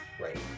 Right